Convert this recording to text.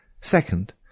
Second